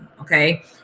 okay